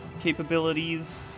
capabilities